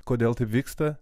kodėl taip vyksta